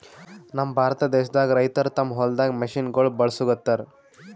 ನಮ್ ಭಾರತ ದೇಶದಾಗ್ ರೈತರ್ ತಮ್ಮ್ ಹೊಲ್ದಾಗ್ ಮಷಿನಗೋಳ್ ಬಳಸುಗತ್ತರ್